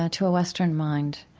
ah to a western mind,